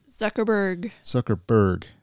Zuckerberg